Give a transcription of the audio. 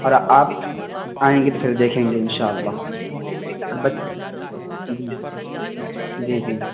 اور آپ آئیں گے تو فر دیکھیں گے ان شاء اللہ اور بس جی جی جی